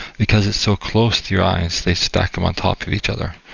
because it's so close to your eyes, they stack them on top of each other.